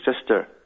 sister